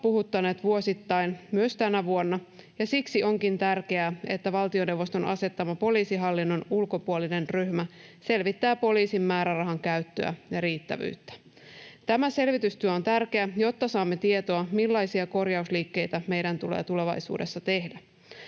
puhuttaneet vuosittain, myös tänä vuonna, ja siksi onkin tärkeää, että valtioneuvoston asettama poliisihallinnon ulkopuolinen ryhmä selvittää poliisin määrärahan käyttöä ja riittävyyttä. Tämä selvitystyö on tärkeä, jotta saamme tietoa siitä, millaisia korjausliikkeitä meidän tulee tulevaisuudessa tehdä.